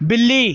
ਬਿੱਲੀ